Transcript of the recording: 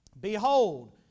Behold